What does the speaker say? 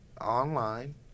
online